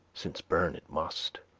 since burn it must,